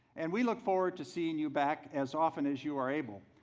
and we look forward to seeing you back as often as you are able,